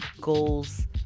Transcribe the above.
Goals